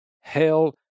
hell